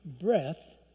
Breath